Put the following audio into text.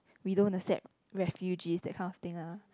we don't accept refugees that kind of thing ah